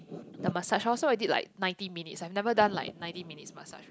a massage loh so I did like ninety minutes I have done like ninety minutes massage